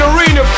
Arena